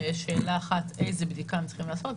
יש שאלה אחת: איזו בדיקה הם צריכים לעשות.